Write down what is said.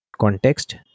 Context